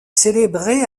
célébrée